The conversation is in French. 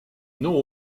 non